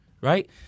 right